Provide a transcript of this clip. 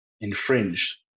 infringed